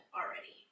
already